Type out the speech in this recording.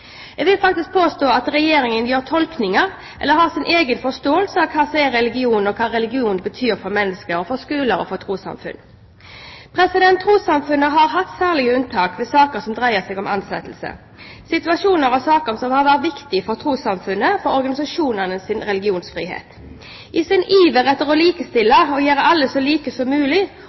Jeg vil faktisk påstå at Regjeringen gjør sine egne tolkninger, eller har sin egen forståelse av hva som er religion, og hva religion betyr for mennesker – og for skoler og trossamfunn. Trossamfunnene har hatt særlige unntak ved saker som dreier seg om ansettelser – situasjoner og saker som har vært viktige for trossamfunnenes/organisasjonenes religionsfrihet. I sin iver etter å likestille og gjøre alle så like som mulig